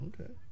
Okay